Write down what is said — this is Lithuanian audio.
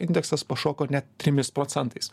indeksas pašoko net trimis procentais